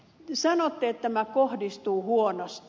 sanotte että tämä kohdistuu huonosti